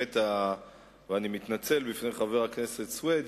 ואני מתנצל לפני חבר הכנסת סוייד,